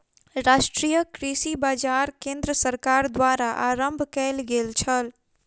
राष्ट्रीय कृषि बाजार केंद्र सरकार द्वारा आरम्भ कयल गेल छल